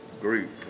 group